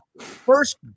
first